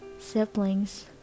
siblings